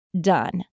Done